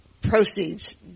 proceeds